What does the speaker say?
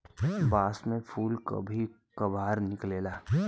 बांस में फुल कभी कभार निकलेला